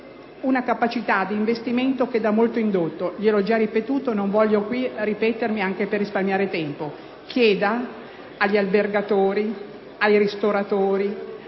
una possibilità di investimento che dà molto indotto, come ho già detto, e non voglio ripetermi anche per risparmiare tempo. Chieda agli albergatori, ai ristoratori,